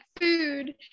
food